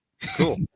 cool